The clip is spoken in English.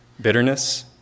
bitterness